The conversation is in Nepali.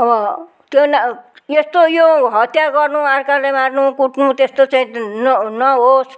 अब त्यो ना यस्तो यो हत्या गर्नु अर्कालाई मार्नु कुट्नु त्यस्तो चाहिँ न नहोस्